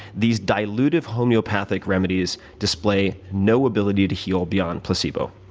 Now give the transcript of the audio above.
these diluted homeopathic remedies display no ability to heal beyond placebo.